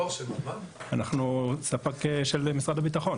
אנחנו ספק של משרד הביטחון.